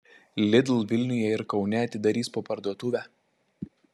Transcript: lidl vilniuje ir kaune atidarys po parduotuvę